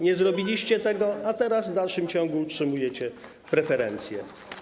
Nie zrobiliście tego, a teraz w dalszym ciągu utrzymujecie preferencje.